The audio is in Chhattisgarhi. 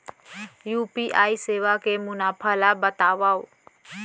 यू.पी.आई सेवा के मुनाफा ल बतावव?